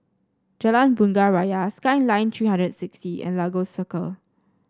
Jalan Bunga Raya Skyline Three hundred and sixty and Lagos Circle